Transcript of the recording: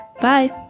Bye